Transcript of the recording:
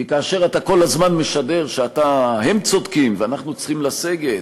כי כאשר אתה כל הזמן משדר שהם צודקים ואנחנו צריכים לסגת,